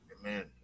Amen